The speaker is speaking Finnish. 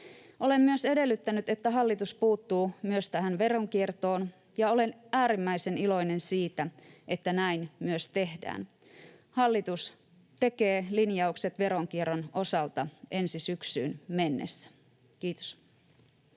Olen myös edellyttänyt, että hallitus puuttuu myös tähän veronkiertoon, ja olen äärimmäisen iloinen siitä, että näin myös tehdään. Hallitus tekee linjaukset veronkierron osalta ensi syksyyn mennessä. — Kiitos.